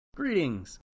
Greetings